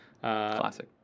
Classic